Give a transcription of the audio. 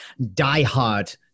diehard